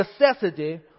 necessity